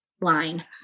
line